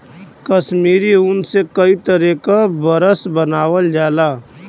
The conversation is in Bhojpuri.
कसमीरी ऊन से कई तरे क बरस बनावल जाला